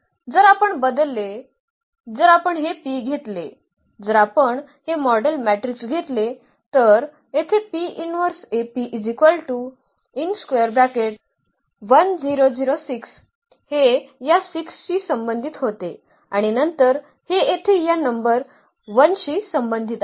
जर आपण बदलले जर आपण हे P घेतले जर आपण हे मॉडेल मॅट्रिक्स घेतले तर येथे हे या 6 शी संबंधित होते आणि नंतर हे येथे या नंबर 1 शी संबंधित आहे